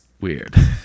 weird